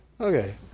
Okay